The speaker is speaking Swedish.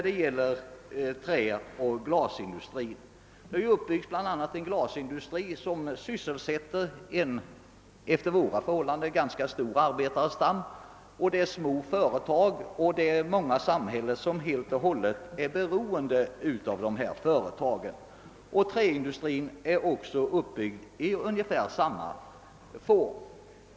Det har bl.a. byggts upp en glasindustri som sysselsätter en efter våra förhållanden ganska stor arbetarstam. Det är små företag men många samhällen är helt och hållet beroende av dessa företag. Träindustrin är uppbyggd på ungefär samma sätt.